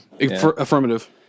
Affirmative